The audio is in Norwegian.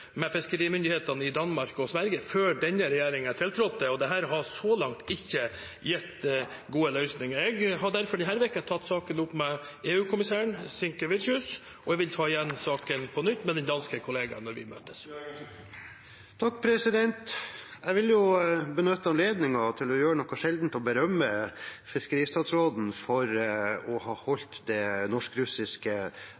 med fiskerimyndighetene i Danmark og Sverige før denne regjeringen tiltrådte, og dette har så langt ikke gitt gode løsninger. Jeg har derfor denne uken tatt saken opp med EU-kommissæren, Sinkevi?ius, og jeg vil ta opp igjen saken på nytt med den danske kollegaen når vi møtes. Jeg vil benytte anledningen til å gjøre noe sjeldent: å berømme fiskeristatsråden for å ha